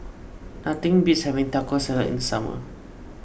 nothing beats having Taco Salad in the summer